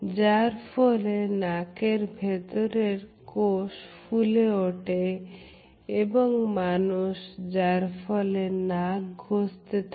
যার ফলে নাকের ভেতরের কোষ ফুলে ওঠে এবং মানুষ যার ফলে নাক ঘষতে থাকে